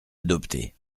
adopté